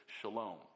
shalom